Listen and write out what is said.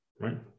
right